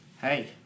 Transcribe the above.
Hey